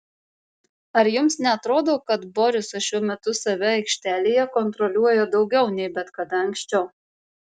ar jums neatrodo kad borisas šiuo metu save aikštelėje kontroliuoja daugiau nei bet kada anksčiau